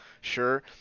sure